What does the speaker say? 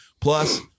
Plus